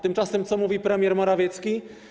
Tymczasem co mówi premier Morawiecki?